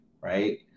right